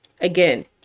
again